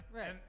Right